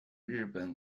日本